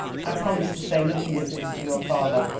i promised to say nothing of this to your father.